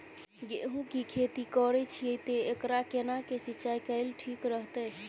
गेहूं की खेती करे छिये ते एकरा केना के सिंचाई कैल ठीक रहते?